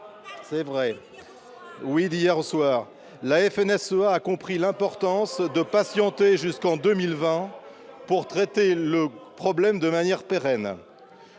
n'est pas vrai ! La FNSEA a compris l'importance de patienter jusqu'en 2020 pour traiter le problème de manière pérenne.